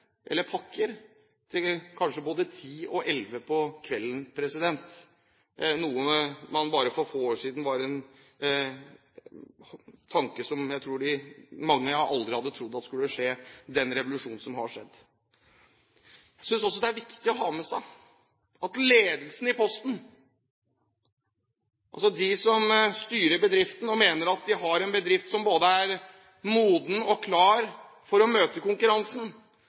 eller pakker til kanskje både kl. 22 og 23 på kvelden, noe som for få år siden bare var en tanke som jeg tror mange aldri hadde trodd skulle skje – det er en revolusjon som har skjedd. Jeg synes også det er viktig å ha med seg at ledelsen i Posten, altså de som styrer bedriften og mener at de har en bedrift som både er moden og klar for å møte konkurransen,